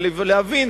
ולהבין,